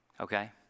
Okay